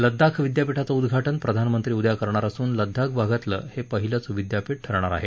लद्दाख विद्यापिठाचं उद्घाटन प्रधानमंत्री उद्या करणार असून लद्वाख भागातलं हे पहिलंच विद्यापीठ ठरणार आहे